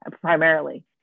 primarily